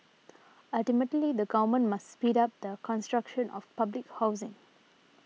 ultimately the government must speed up the construction of public housing